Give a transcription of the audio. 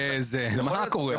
מה קורה?